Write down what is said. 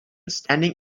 standing